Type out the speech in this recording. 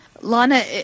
Lana